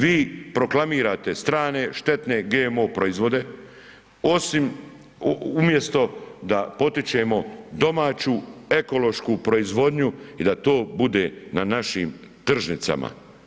Vi proklamirate strane, štetne GMO proizvode osim, umjesto da potičemo domaću ekološku proizvodnju i da to bude na našim tržnicama.